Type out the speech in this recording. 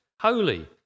holy